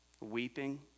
weeping